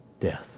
death